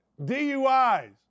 DUIs